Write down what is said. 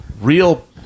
real